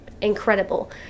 incredible